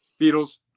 Beatles